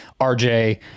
RJ